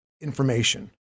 information